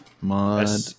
mod